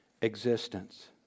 existence